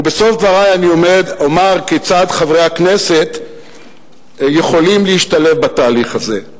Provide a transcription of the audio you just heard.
ובסוף דברי אני אומר כיצד חברי הכנסת יכולים להשתלב בתהליך הזה.